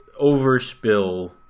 overspill